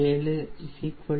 67 0